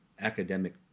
academic